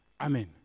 Amen